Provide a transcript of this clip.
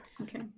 Okay